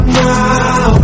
now